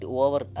over